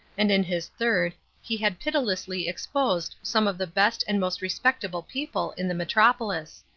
and in his third he had pitilessly exposed some of the best and most respectable people in the metropolis.